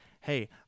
hey